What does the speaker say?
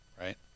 right